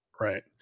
right